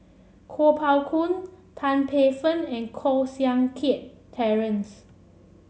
Kuo Pao Kun Tan Paey Fern and Koh Seng Kiat Terence